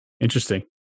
Interesting